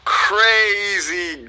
crazy